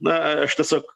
na aš tiesiog